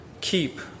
keep